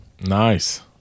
Nice